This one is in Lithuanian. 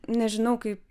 nežinau kaip